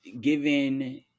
Given